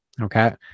okay